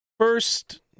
First